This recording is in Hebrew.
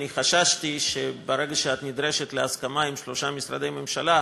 אני חששתי שברגע שאת נדרשת להסכמה עם שלושה משרדי ממשלה,